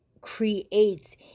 creates